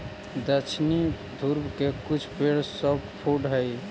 दक्षिणी ध्रुव के कुछ पेड़ सॉफ्टवुड हइ